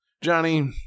johnny